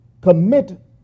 commit